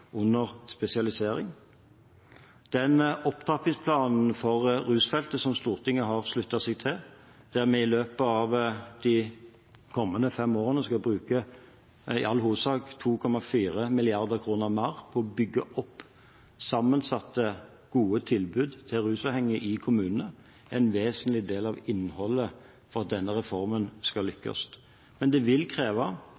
under spesialisering. Den opptrappingsplanen for rusfeltet som Stortinget har sluttet seg til, der vi i løpet av de kommende fem årene skal bruke i all hovedsak 2,4 mrd. kr mer på å bygge opp sammensatte, gode tilbud til rusavhengige i kommunene, er en vesentlig del av innholdet for at denne reformen skal